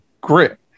grit